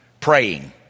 praying